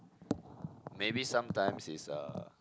maybe sometimes it's uh